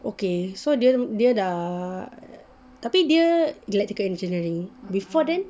okay so dia dah tapi dia electrical engineering before that